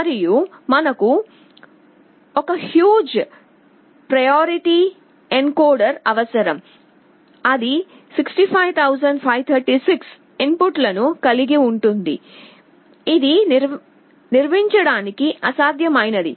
మరియు మనకు ఒక హ్యుజ్ ప్రయారిటీ ఎన్కోడర్ అవసరం అది 65536 ఇన్పుట్లను కలిగి ఉంటుంది ఇది నిర్మించడానికి అసాధ్యమైనది